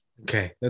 Okay